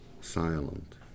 silent